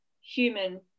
human